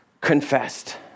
confessed